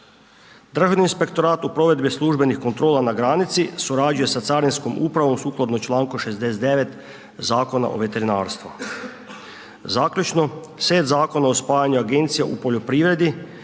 Držani inspektorat u provedbi službenih kontrola na granici surađuje sa carinskoj upravo sukladno članku 69. Zakona o veterinarstvu. Zaključno, set zakona o spajanju Agenciji u poljoprivredi,